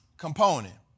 Component